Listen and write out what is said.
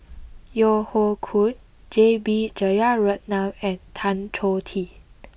Yeo Hoe Koon J B Jeyaretnam and Tan Choh Tee